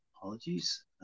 Apologies